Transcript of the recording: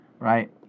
Right